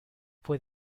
fue